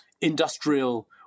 industrial